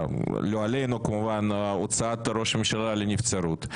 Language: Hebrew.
לא עלינו כמובן, הוצאת ראש ממשלה לנבצרות.